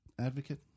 advocate